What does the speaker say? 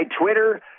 Twitter